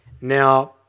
Now